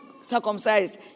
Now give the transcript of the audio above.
circumcised